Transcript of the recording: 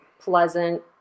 pleasant